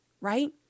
right